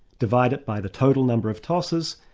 divide it by the total number of tosses,